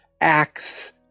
acts